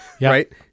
right